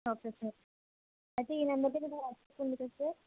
okay sir అయితే ఈ నెంబర్కి మీకు వాట్సాప్ ఉంది కదా సార్